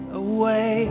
away